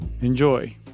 Enjoy